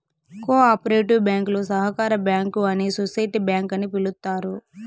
co operative బ్యాంకులు సహకార bank అని సోసిటీ బ్యాంక్ అని పిలుత్తారు